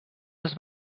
els